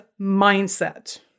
mindset